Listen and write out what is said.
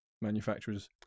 manufacturers